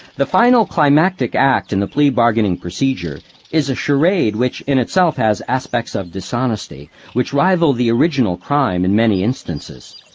the final climactic act in the plea-bargaining procedure is a charade which in itself has aspects of dishonesty which rival the original crime in many instances.